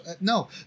No